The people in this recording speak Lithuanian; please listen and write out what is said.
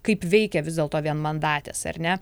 kaip veikia vis dėlto vienmandatės ar ne